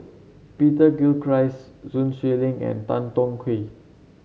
Peter Gilchrist Sun Xueling and Tan Tong Hye